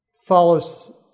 follows